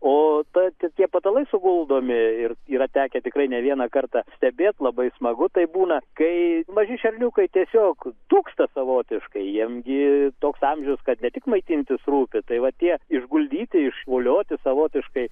o tad tie patalai suvaldomi ir yra tekę tikrai ne vieną kartą stebėt labai smagu tai būna kai maži šerniukai tiesiog dūksta savotiškai jiem gi toks amžius kad ne tik maitintis rūpi tai va tie išguldyti išvolioti savotiškai